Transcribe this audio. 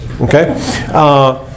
Okay